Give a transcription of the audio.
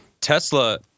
Tesla